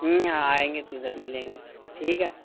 ہاں آئیں گے تو ادھر ملیں گے ٹھیک ہے